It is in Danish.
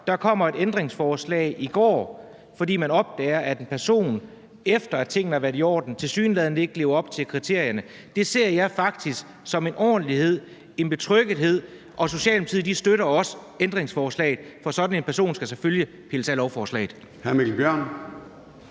Der kom et ændringsforslag i går, fordi man opdagede, at en person, efter at tingene har været i orden, tilsyneladende ikke lever op til kriterierne. Det ser jeg faktisk som en ordentlighed og en betryggelse, og Socialdemokratiet støtter også ændringsforslaget, for sådan en person skal selvfølgelig pilles af lovforslaget.